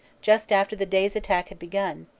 just after the day's attack had begun,